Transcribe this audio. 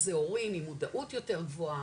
או שזה הורים עם מודעות יותר גבוה,